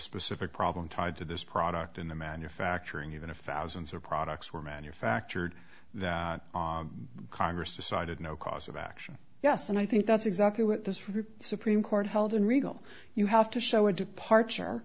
specific problem tied to this product in the manufacturing even if the thousands of products were manufactured that congress decided no cause of action yes and i think that's exactly what this report supreme court held in regal you have to show a departure